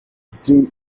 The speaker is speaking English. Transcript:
stream